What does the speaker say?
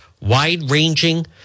wide-ranging